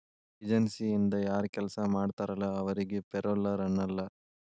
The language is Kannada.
ಏಜನ್ಸಿಯಿಂದ ಯಾರ್ ಕೆಲ್ಸ ಮಾಡ್ತಾರಲ ಅವರಿಗಿ ಪೆರೋಲ್ಲರ್ ಅನ್ನಲ್ಲ